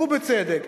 ובצדק,